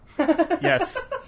Yes